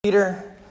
Peter